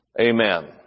Amen